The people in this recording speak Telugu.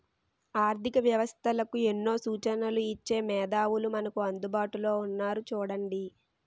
ఆర్థిక వ్యవస్థలకు ఎన్నో సూచనలు ఇచ్చే మేధావులు మనకు అందుబాటులో ఉన్నారు చూడండి